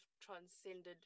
transcended